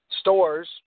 stores